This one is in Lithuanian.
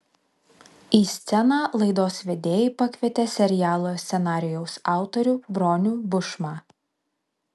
į sceną laidos vedėjai pakvietė serialo scenarijaus autorių bronių bušmą